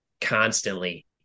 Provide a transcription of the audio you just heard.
constantly